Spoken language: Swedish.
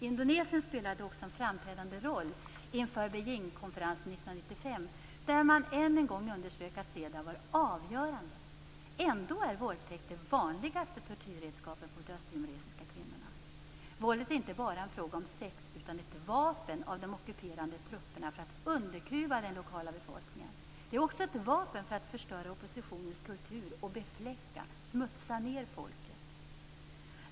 Indonesien spelade också en framträdande roll inför Beijingkonferensen 1995, där man än en gång underströk att CEDAW var avgörande. Ändå är våldtäkt det vanligaste tortyrredskapet mot östtimoresiska kvinnor. Våldet är inte bara en fråga om sex utan ett vapen för de ockuperande trupperna för att underkuva den lokala befolkningen. Det är också ett vapen för att förstöra oppositionens kultur och befläcka, smutsa ned, folket.